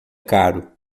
caro